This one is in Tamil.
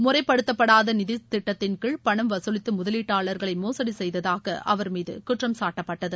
முறைப்படுத்தப்படாத நிதி திட்டத்தின் கீழ் பணம் வசூலித்து முதலீட்டாளர்களை மோசடி செய்ததாக அவர்மீது குற்றம் சாட்டப்பட்டது